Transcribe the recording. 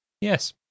yes